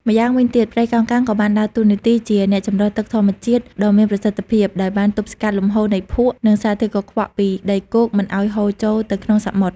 ម្យ៉ាងវិញទៀត ព្រៃកោងកាងក៏បានដើរតួនាទីជាអ្នកចម្រោះទឹកធម្មជាតិដ៏មានប្រសិទ្ធភាព ដោយបានទប់ស្កាត់លំហូរនៃភក់ និងសារធាតុកខ្វក់ពីដីគោកមិនឲ្យហូរចូលទៅក្នុងសមុទ្រ។